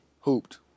hooped